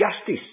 justice